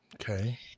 Okay